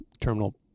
terminal